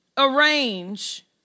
arrange